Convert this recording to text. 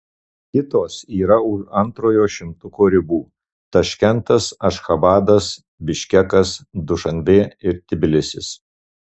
kitos yra už antrojo šimtuko ribų taškentas ašchabadas biškekas dušanbė ir tbilisis